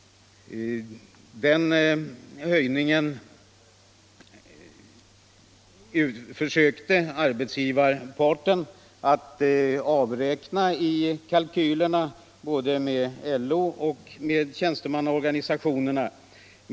Den höjningen försökte arbetsgivarparten att avräkna i kalkylerna, både med LO och med tjänstemannaorganisationerna.